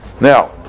Now